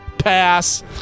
pass